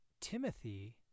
timothy